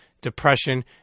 depression